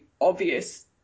obvious